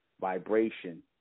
vibration